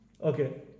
Okay